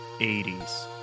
80s